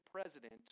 president